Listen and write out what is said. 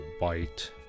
bite